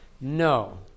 no